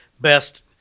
best